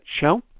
show